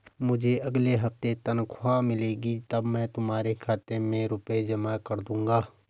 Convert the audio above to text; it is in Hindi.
मुझे अगले हफ्ते तनख्वाह मिलेगी तब मैं तुम्हारे खाते में रुपए जमा कर दूंगा